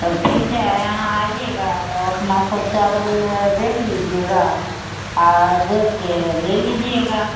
तब ठीक है यहाँ आइएगा तब अपना सब चावल देख लीजिएगा आबके ले लीजिएगा